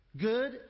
Good